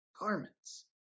garments